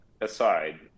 aside